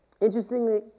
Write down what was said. Interestingly